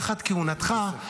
תחת כהונתך,